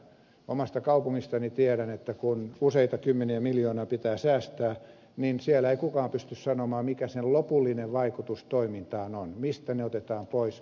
omasta kaupungistani tiedän että kun useita kymmeniä miljoonia pitää säästää niin siellä ei kukaan pysty sanomaan mikä sen lopullinen vaikutus toimintaan on mistä otetaan pois